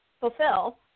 fulfill